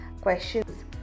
questions